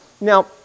Now